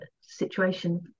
situation